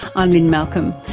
i'm lynne malcolm,